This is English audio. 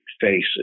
faces